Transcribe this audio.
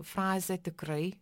frazė tikrai